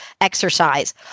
exercise